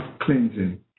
cleansing